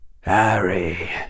Harry